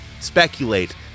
speculate